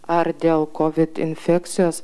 ar dėl covid infekcijos